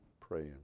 praying